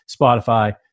Spotify